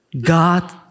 God